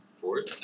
fourth